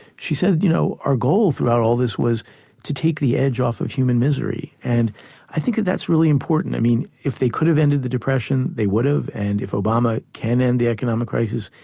she said, you know, our goal throughout all this was to take the edge off of human misery. and i think that's really important. i mean if they could have ended the depression, they would have, and if obama can end the economic crisis,